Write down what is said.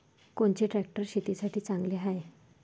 कोनचे ट्रॅक्टर शेतीसाठी चांगले हाये?